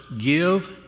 give